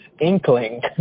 inkling